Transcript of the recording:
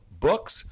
Books